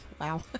Wow